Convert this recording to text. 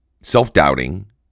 self-doubting